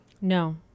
No